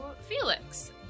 Felix